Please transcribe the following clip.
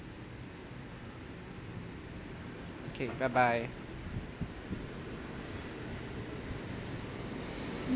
okay bye bye